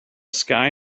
sky